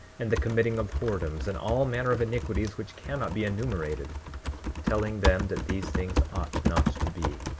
and the committing of whoredoms, and all manner of iniquities which cannot be enumerated telling them that these things ought not to be,